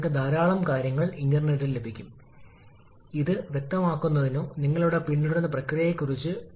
3 മുതൽ 4 വരെയുള്ള ഡയഗ്രം നോക്കുക എച്ച്പി വിപുലീകരണ ഘട്ടത്തെയും പോയിന്റ് എ 4 പോയിന്റിലേക്ക് തുടരുന്നതിനുപകരം പോയിന്റിനെയും സൂചിപ്പിക്കുന്നു